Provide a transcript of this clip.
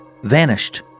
vanished